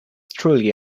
truly